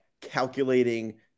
calculating